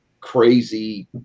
crazy